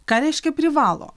ką reiškia privalo